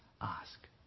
ask